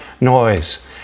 noise